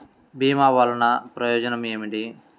భీమ వల్లన ప్రయోజనం ఏమిటి?